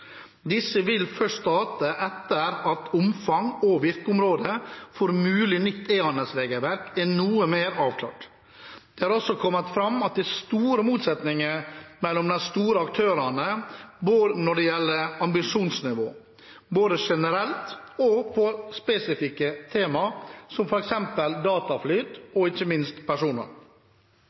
Disse vil først starte etter at omfang og virkeområde for mulig nytt e-handelsregelverk er noe mer avklart. Det har også kommet fram at det er store motsetninger mellom de store aktørene når det gjelder ambisjonsnivå, både generelt og på spesifikke tema, som f.eks. dataflyt og ikke minst